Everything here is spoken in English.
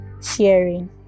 sharing